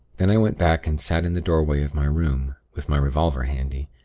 then i went back, and sat in the doorway of my room, with my revolver handy,